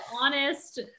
honest